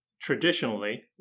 traditionally